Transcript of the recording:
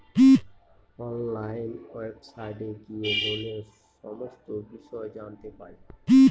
online ওয়েবসাইটে গিয়ে লোনের সমস্ত বিষয় জানতে পাই